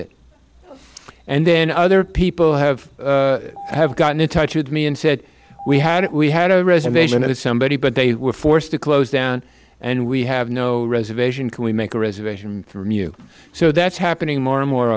it and then other people have gotten in touch with me and said we had it we had a reservation at somebody but they were forced to close down and we have no reservation can we make a reservation from you so that's happening more and more